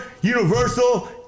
Universal